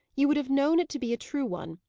you would have known it to be a true one,